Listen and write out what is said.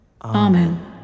Amen